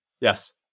Yes